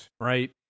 Right